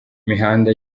imihanda